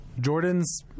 Jordan's